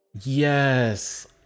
Yes